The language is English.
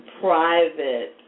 private